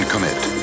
commit